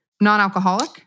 non-alcoholic